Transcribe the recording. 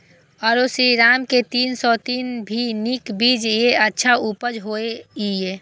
आरो श्रीराम के तीन सौ तीन भी नीक बीज ये अच्छा उपज होय इय?